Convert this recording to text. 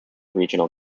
regional